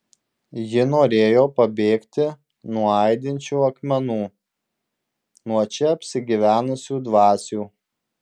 ji norėjo pabėgti nuo aidinčių akmenų nuo čia apsigyvenusių dvasių